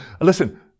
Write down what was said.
Listen